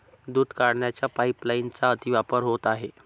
दूध काढण्याच्या पाइपलाइनचा अतिवापर होत आहे